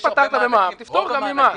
אם פטרת ממע"מ, תפטור גם ממס.